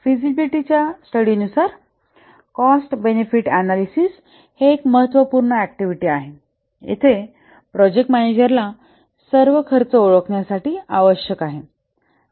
feasibility च्या स्टडीनुसार cost benefit analysis हे एक महत्त्वपूर्ण ऍक्टिव्हिटी आहे येथे प्रोजेक्ट मॅनेजरला सर्व खर्च ओळखण्यासाठी आवश्यक आहे